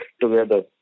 together